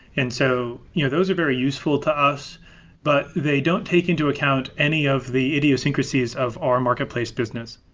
and so you know those are very useful to us but they don't take into account any of the idiosyncrasies of our marketplace business.